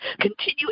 continue